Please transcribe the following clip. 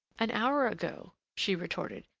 an hour ago, she retorted,